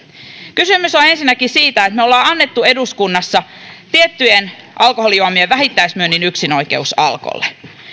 kysymys on ensinnäkin siitä että me olemme antaneet eduskunnassa tiettyjen alkoholijuomien vähittäismyynnin yksinoikeuden alkolle